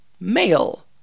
male